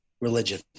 religion